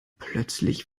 plötzlich